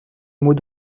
mot